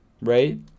right